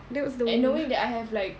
and knowing that I have like